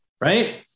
right